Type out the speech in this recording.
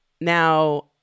now